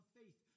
faith